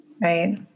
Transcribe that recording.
right